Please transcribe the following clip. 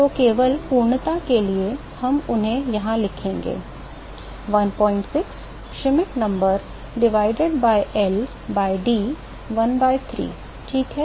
तो केवल पूर्णता के लिए हम उन्हें यहाँ लिखेंगे 16 Schmidt number divided by L by D 1 by 3 ठीक है